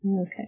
Okay